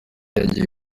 agiye